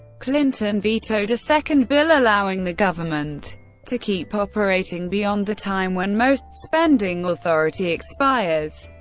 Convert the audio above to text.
clinton vetoed a second bill allowing the government to keep operating beyond the time when most spending authority expires.